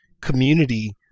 community